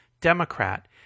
Democrat